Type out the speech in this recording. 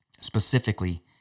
specifically